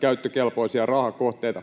käyttökelpoisia rahakohteita.